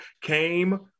came